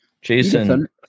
Jason